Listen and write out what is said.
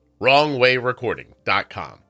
WrongWayRecording.com